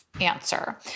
answer